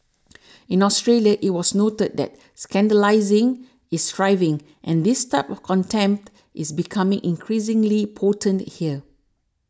in Australia it was noted that scandalising is thriving and this type of contempt is becoming increasingly potent there